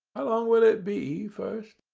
how long will it be first?